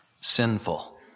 sinful